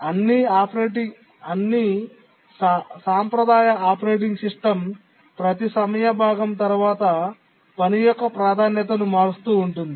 అన్ని సాంప్రదాయ operating system ప్రతి సమయ భాగం తర్వాత పని యొక్క ప్రాధాన్యతను మారుస్తూ ఉంటుంది